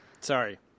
Sorry